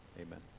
Amen